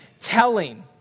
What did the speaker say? telling